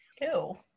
Ew